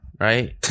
right